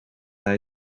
hij